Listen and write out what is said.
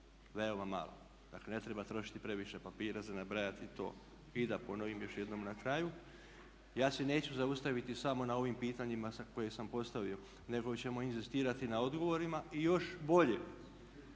veoma malo. Dakle, ne treba trošiti previše papira za nabrajati to. I da ponovim još jednom na kraju, ja se neću zaustaviti samo na ovim pitanjima sad koje sam postavio nego ćemo inzistirati na odgovorima i još bolje.